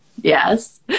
Yes